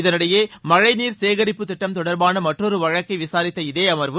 இதனிடையே மழைநீர் சேகரிப்பு திட்டம் தொடர்பான மற்றொரு வழக்கை விசாரித்த இதே அமர்வு